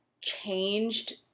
changed